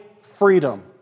freedom